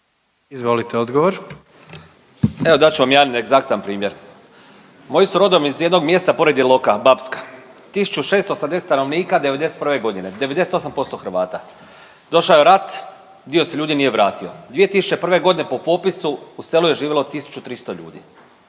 suverenisti)** Evo, dat ću vam jedan egzaktan primjer. Moji su rodom iz jednog mjesta pored Iloka, Bapska. 1680 stanovnika '91. g., 98% Hrvata. Došao je rat, dio se ljudi nije vratio. 2001. g. po popisu u selu je živjelo 1300 ljudi.